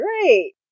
great